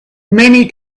many